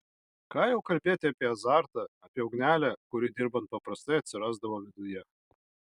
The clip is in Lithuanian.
ką jau kalbėti apie azartą apie ugnelę kuri dirbant paprastai atsirasdavo viduje